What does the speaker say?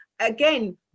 Again